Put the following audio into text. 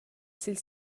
sil